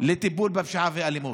לטיפול בפשיעה ואלימות.